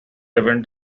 even